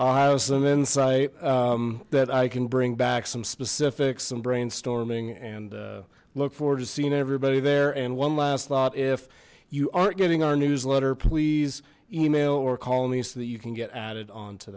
i'll have some insight that i can bring back some specifics some brainstorming and look forward to seeing everybody there and one last thought if you aren't getting our newsletter please email or call me so that you can get added on to